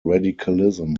radicalism